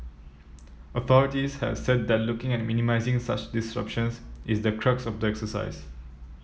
authorities have said that looking at minimising such disruptions is the crux of the exercise